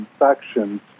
infections